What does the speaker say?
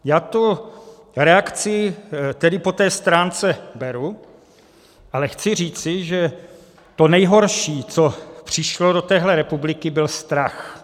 Já tu reakci tedy po té stránce beru, ale chci říci, že to nejhorší, co přišlo do téhle republiky, byl strach.